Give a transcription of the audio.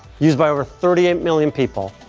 used by over thirty eight million people.